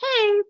hey